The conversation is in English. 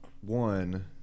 one